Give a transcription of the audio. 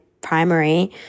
primary